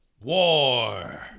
War